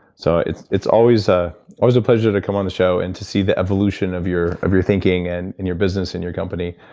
so it's it's always ah always a pleasure to come on the show, and to see the evolution of your of your thinking and and your business and your company.